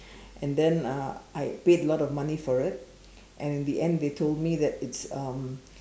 and then uh I paid a lot of money for it and in the end they told me that it's um